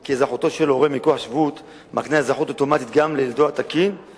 כי אזרחותו של הורה מכוח שבות מקנה זכות אוטומטית גם לילדו הקטין,